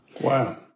Wow